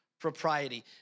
propriety